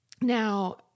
Now